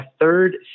third